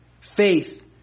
Faith